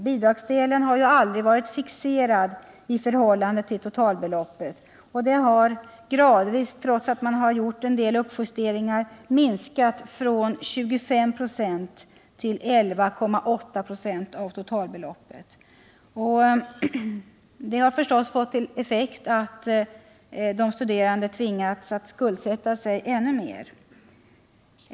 Bidragsdelen, som aldrig varit fixerad i förhållande till totalbeloppet, har gradvis, trots en del uppjusteringar, minskat från 25 96 till 11,8 96 av totalbeloppet. Denna minskning innebär ökad skuldsättning för de studerande.